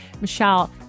Michelle